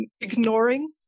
ignoring